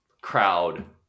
Crowd